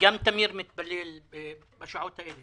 גם טמיר מתפלל בשעות האלה